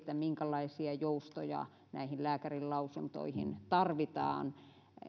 minkälaisia joustoja näihin lääkärinlausuntoihin tarvitaan